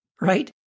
right